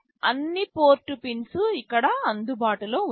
అన్ని port pins ఇక్కడ అందుబాటులో ఉన్నాయి